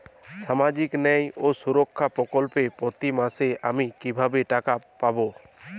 সামাজিক ন্যায় ও সুরক্ষা প্রকল্পে প্রতি মাসে আমি কিভাবে টাকা পাবো?